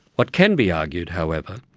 what can be argued, however,